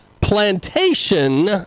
plantation